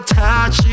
touch